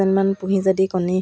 মোৰ